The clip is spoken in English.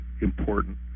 important